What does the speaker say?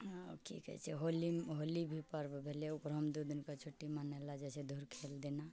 कि कहै छै होली मे होली भी पर्व भेलै ओकरोमे दू दिनके छुट्टी मनेलो जाइ छै धुर खेल दिना